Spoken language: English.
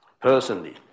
personally